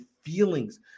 feelings